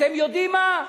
אתם יודעים מה?